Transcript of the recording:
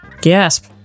Gasp